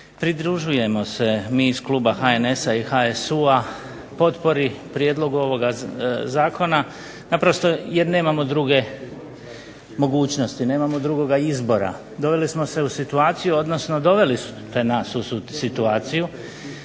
Pridružujemo se mi iz kluba HNS-a i HSU-a potpori prijedlogu ovoga zakona naprosto jer nemamo druge mogućnosti, nemamo drugoga izbora. Doveli smo se u situaciju, odnosno doveli ste nas u situaciju